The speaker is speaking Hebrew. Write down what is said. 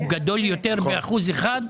הוא גדול יותר מאחוז אחד.